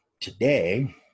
Today